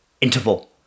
interval